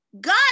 God